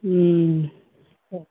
ಹ್ಞೂ